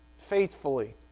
faithfully